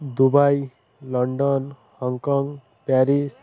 Dubai London Hong Kong Paris